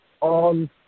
on